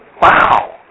wow